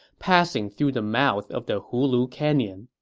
passing through the mouth of the hulu canyon.